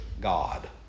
God